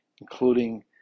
including